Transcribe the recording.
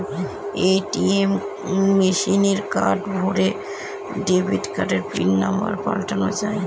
ATM মেশিনে card ভোরে debit কার্ডের পিন নম্বর পাল্টানো যায়